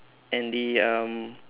and the um